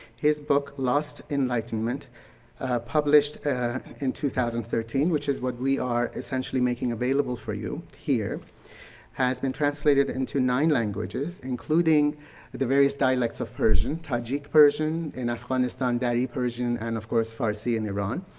his book lost enlightenment published in two thousand and thirteen which is what we are essentially making available for you here has been translated into nine languages including the various dialects of persian, tajik persian and afghanistan dari persian and, of course, farsi in iran.